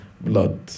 blood